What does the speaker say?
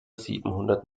siebenhundert